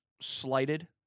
slighted